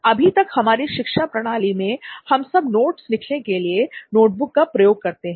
अभी तक हमारी शिक्षा प्रणाली में हम सब नोट्स लिखने के लिए लिए नोटबुक का प्रयोग करते हैं